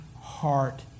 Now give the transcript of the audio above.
heart